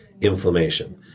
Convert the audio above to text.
inflammation